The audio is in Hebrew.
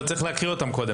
אבל צריך להקריא אותם קודם.